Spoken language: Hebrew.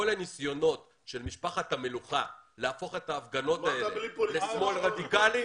כל הניסיונות של משפחת המלוכה להפוך את ההפגנות האלה לשמאל רדיקלי,